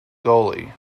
goalie